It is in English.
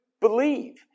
believe